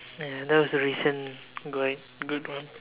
uh those recent good good one